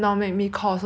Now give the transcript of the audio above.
but luckily